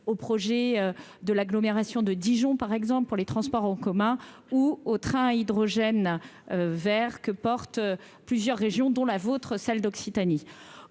au projet de l'agglomération de Dijon par exemple pour les transports en commun ou aux trains à hydrogène Vert que porte plusieurs régions dont la vôtre, celle d'Occitanie,